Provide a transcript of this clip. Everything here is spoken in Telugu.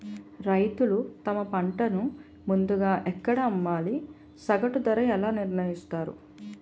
రైతులు తమ పంటను ముందుగా ఎక్కడ అమ్మాలి? సగటు ధర ఎలా నిర్ణయిస్తారు?